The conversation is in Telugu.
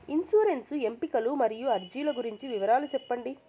ఇన్సూరెన్సు ఎంపికలు మరియు అర్జీల గురించి వివరాలు సెప్పండి